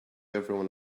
everyone